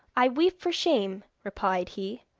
i weep for shame replied he.